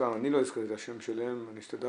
הם מדברים על בערך 40% השמה של בוגרות והנתונים,